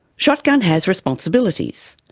shotgun has responsibilities,